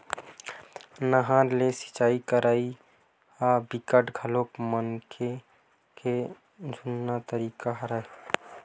नहर ले सिचई करई ह बिकट घलोक मनखे के जुन्ना तरीका हरय